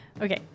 Okay